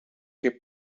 que